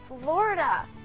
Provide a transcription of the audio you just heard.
Florida